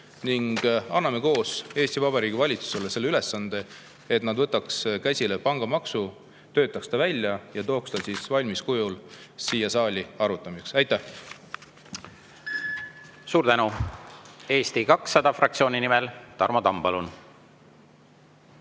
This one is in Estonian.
Anname koos Eesti Vabariigi valitsusele ülesande, et nad võtaks käsile pangamaksu, töötaks välja [eelnõu] ja tooks siis selle valmis kujul siia saali arutamiseks! Aitäh! Suur tänu! Eesti 200 fraktsiooni nimel Tarmo Tamm, palun!